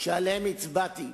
שעליהם הצבעתי,